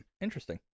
interesting